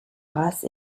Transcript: races